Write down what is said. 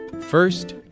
First